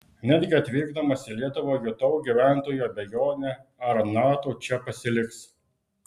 netgi atvykdamas į lietuvą jutau gyventojų abejonę ar nato čia pasiliks